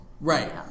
Right